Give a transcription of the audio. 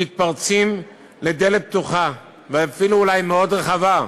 מתפרצים לדלת פתוחה, ואפילו אולי מאוד רחבה,